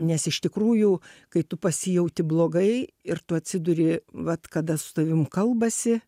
nes iš tikrųjų kai tu pasijauti blogai ir tu atsiduri vat kada su tavim kalbasi